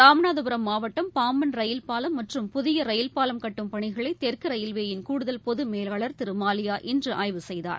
ராமநாதபுரம் மாவட்டம் பாம்பன் ரயில் பாலம் மற்றும் புதிய ரயில் பாலம் கட்டும் பணிகளை தெற்கு ரயில்வேயின் கூடுதல் பொது மேலாளர் திரு மாலியா இன்று ஆய்வு செய்தார்